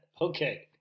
Okay